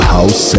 House